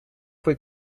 fue